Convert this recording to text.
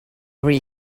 very